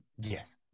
Yes